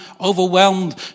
overwhelmed